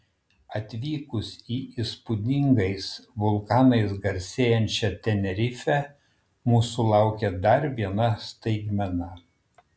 atvykus į įspūdingais vulkanais garsėjančią tenerifę mūsų laukė dar viena staigmena